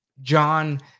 john